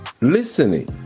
Listening